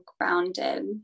grounded